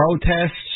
protests